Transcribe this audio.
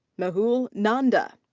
mehul nanda.